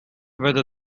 whether